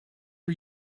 are